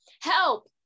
help